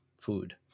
food